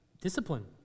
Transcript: discipline